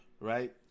right